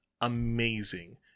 amazing